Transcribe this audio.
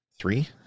three